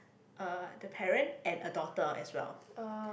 uh the parent and a daughter as well